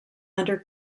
under